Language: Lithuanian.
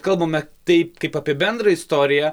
kalbame taip kaip apie bendrą istoriją